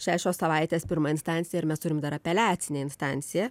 šešios savaitės pirma instancija ir mes turim dar apeliacinę instanciją